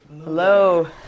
Hello